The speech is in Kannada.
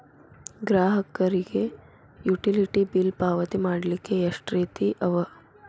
ಗ್ರಾಹಕರಿಗೆ ಯುಟಿಲಿಟಿ ಬಿಲ್ ಪಾವತಿ ಮಾಡ್ಲಿಕ್ಕೆ ಎಷ್ಟ ರೇತಿ ಅವ?